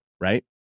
right